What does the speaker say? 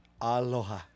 Aloha